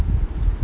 -EMPTY